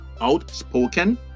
Outspoken